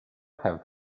have